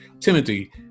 Timothy